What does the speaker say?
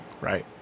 Right